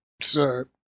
sir